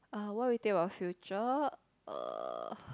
uh what we think about future uh